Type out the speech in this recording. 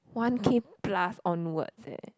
one K plus on wards eh